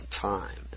time